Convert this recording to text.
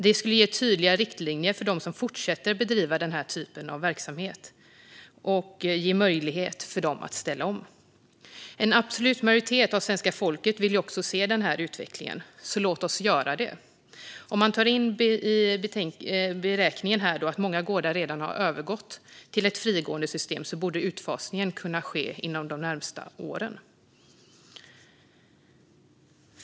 Det skulle ge tydliga riktlinjer för dem som fortsätter bedriva den typen av verksamhet och ge dem möjlighet att ställa om. En absolut majoritet av svenska folket vill se denna utveckling, så låt oss göra detta. Om man tar med i beräkningen att många gårdar redan har övergått till ett frigående system borde utfasningen kunna ske inom de närmaste åren.